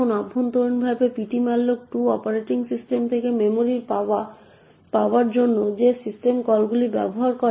এখন অভ্যন্তরীণভাবে ptmalloc2 operating system থেকে মেমরি পাওয়ার জন্য সেই সিস্টেম কলগুলি ব্যবহার করে